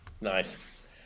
nice